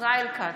ישראל כץ,